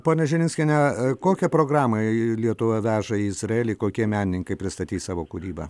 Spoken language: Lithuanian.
labą dieną ponia širinskiene kokią programą į lietuvą veža į izraelį kokie menininkai pristatys savo kūrybą